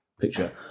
picture